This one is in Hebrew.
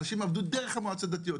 אנשים עבדו דרך המועצות הדתיות.